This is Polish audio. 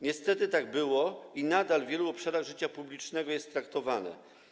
Niestety, tak było i nadal w wielu obszarach życia publicznego jest to tak traktowane.